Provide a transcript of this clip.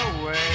away